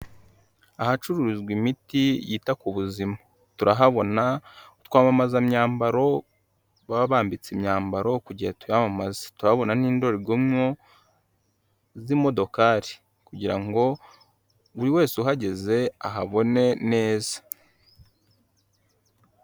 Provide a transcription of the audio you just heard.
Ahacururizwa imiti yita ku buzima turahabona utwamamazamyambaro baba bambitse imyambaro ku gihe tuyamamaza tuhabona n'indorerwamo z'imodokari kugira ngo buri wese ugezeze ahabone neza.